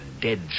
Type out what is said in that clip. dead